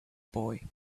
boy